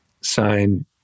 sign